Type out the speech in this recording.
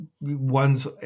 ones